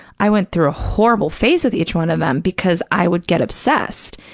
i went through a horrible phase with each one of them because i would get obsessed.